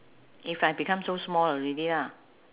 if I become so small already ah